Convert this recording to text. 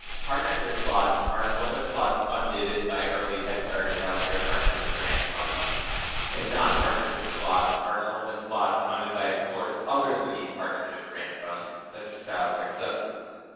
partnership slots are enrollment slots funded by early head start child care partnership grant funds and non-partnership slots are enrollment slots funded by a source other than these partnership grant funds such as child care subsidies.